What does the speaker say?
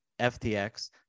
FTX